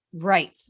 right